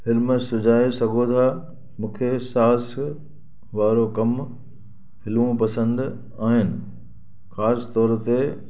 film सुझाए सघो था मूंखे साड़िस वारो कमु फिल्मूं पसंदि आहिनि ख़ासि तौर ते